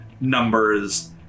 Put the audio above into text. numbers